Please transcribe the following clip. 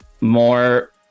more